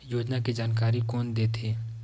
योजना के जानकारी कोन दे थे?